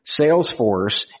Salesforce